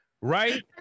right